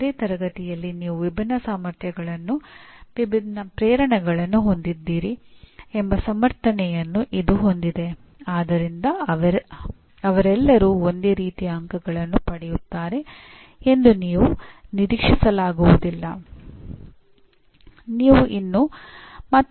ಯಾವುದೇ ತರಗತಿಯಲ್ಲಿ ನೀವು ವಿಭಿನ್ನ ಸಾಮರ್ಥ್ಯಗಳು ವಿಭಿನ್ನ ಪ್ರೇರಣೆಗಳನ್ನು ಹೊಂದಿದ್ದೀರಿ ಎಂಬ ಸಮರ್ಥನೆಯನ್ನು ಇದು ಹೊಂದಿದೆ ಆದ್ದರಿಂದ ಅವರೆಲ್ಲರೂ ಒಂದೇ ರೀತಿಯ ಅಂಕಗಳನ್ನು ಪಡೆಯುತ್ತಾರೆ ಎಂದು ನೀವು ನಿರೀಕ್ಷಿಸಲಾಗುವುದಿಲ್ಲ